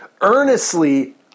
Earnestly